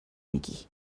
میگی